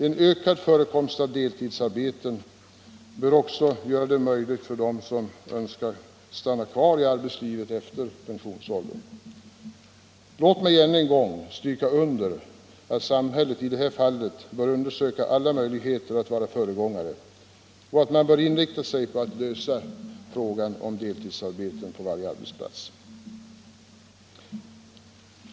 En ökad förekomst av deltidsarbeten bör också göra det möjligt för dem som så önskar att stanna kvar i arbetslivet även efter pensionsåldern. Låt mig ännu en gång stryka under att samhället i detta fall bör undersöka alla möjligheter att vara föregångare och att man bör inrikta sig på att lösa frågan om deltidsarbeten på varje arbetsplats.